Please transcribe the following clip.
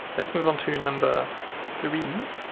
let's move on to number three